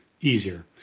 easier